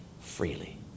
freely